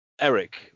Eric